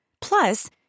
Plus